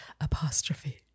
apostrophe